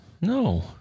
No